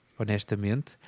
honestamente